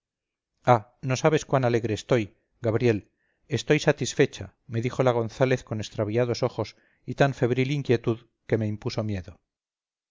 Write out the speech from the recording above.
ah no sabes cuán alegre estoy gabriel estoy satisfecha me dijo la gonzález con extraviados ojos y tan febril inquietud que me impuso miedo